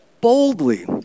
boldly